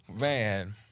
Man